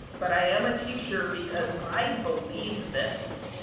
but, i am a teacher because i believe this.